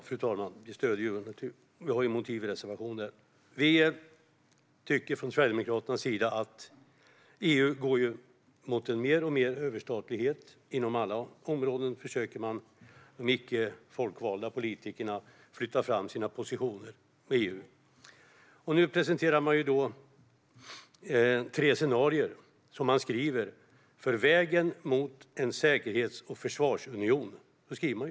Fru talman! Vi har en motivreservation, som vi naturligtvis stöder. Vi tycker från Sverigedemokraternas sida att EU går mot mer och mer överstatlighet. Inom alla områden försöker EU och de icke folkvalda politikerna flytta fram sina positioner. Nu presenterar man "tre olika scenarier för vägen mot en säkerhets och försvarsunion". Så skriver man.